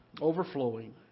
overflowing